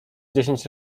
dziesięć